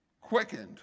quickened